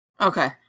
Okay